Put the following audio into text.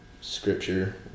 Scripture